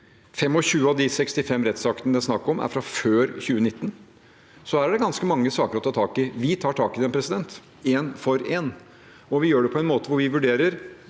25 av de 65 rettsaktene det er snakk om, er fra før 2019, så her er det ganske mange saker å ta tak i. Vi tar tak i dem, én for én, og vi gjør det på en måte hvor vi vurderer